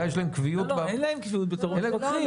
אין להם קביעות כמפקחים.